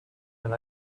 and